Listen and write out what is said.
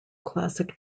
classic